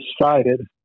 decided